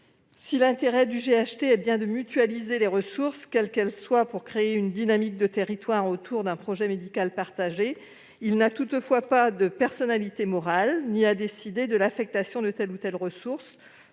pour intérêt de mutualiser les ressources, quelles qu'elles soient, pour créer une dynamique de territoire autour d'un projet médical partagé, il n'a pas pour autant de personnalité morale et n'a pas à décider de l'affectation de telle ou telle ressource.